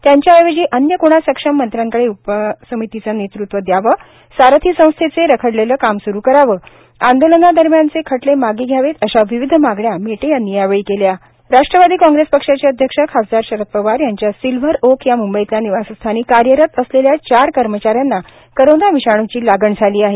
त्यांच्याऎवजी अन्य कोणा सक्षम मंत्र्यांकडे उपसमितीचं नेतृत्व द्यावे सारथी संस्थेचे रखडलेले काम स्रू करावे आंदोलनादरम्यानचे खटले मागे घ्यावेत अशा विविध मागण्या मेटे यांनी केल्या राष्ट्रवादी काँग्रेस पक्षाचे अध्यक्ष खासदार शरद पवार यांच्या सिल्व्हर ओक या मूंबईतल्या निवासस्थानी कार्यरत असलेल्या चार कर्मचाऱ्यांना कोरोना विषाणूची लागण झाली आहे